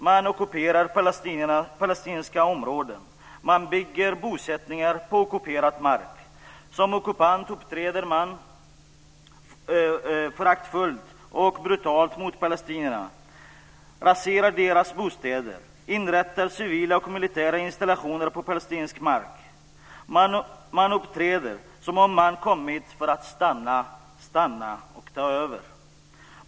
Man ockuperar palestinska områden. Man bygger bosättningar på ockuperad mark. Som ockupant uppträder man föraktfullt och brutalt mot palestinierna, raserar deras bostäder och inrättar civila och militära installationer på palestinsk mark. Man uppträder som om man kommit för att stanna och ta över.